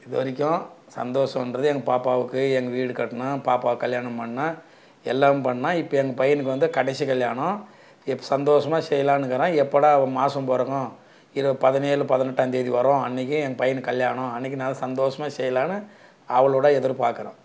இது வரைக்கும் சந்தோஷம்கிறது எங்கள் பாப்பாவுக்கு எங்கள் வீடு கட்டினேன் பாப்பாவுக்கு கல்யாணம் பண்ணிணேன் எல்லாமே பண்ணிணேன் இப்போ எங்கள் பையனுக்கு வந்து கடைசி கல்யாணம் இப்போ சந்தோஷமாக செய்யலான்னு இருக்குகிறேன் எப்படா அது மாதம் பிறக்கும் இது பதினேழு பதினெட்டாந்தேதி வரும் அன்னிக்கியே ஏ பையனுக்கு கல்யாணம் அன்னிக்கி நல்ல சந்தோஷமாக செய்யலான்னு ஆவலோடு எதிர்பார்க்கிறோம்